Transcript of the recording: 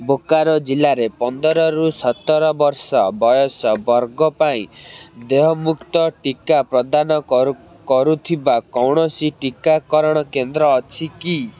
ବୋକାରୋ ଜିଲ୍ଲାରେ ପନ୍ଦରରୁ ସତର ବର୍ଷ ବୟସ ବର୍ଗ ପାଇଁ ଦେୟମୁକ୍ତ ଟିକା ପ୍ରଦାନ କରୁ କରୁଥିବା କୌଣସି ଟିକାକରଣ କେନ୍ଦ୍ର ଅଛି କି